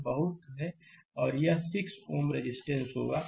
यह बहुत और यह 6 Ω रेजिस्टेंस होगा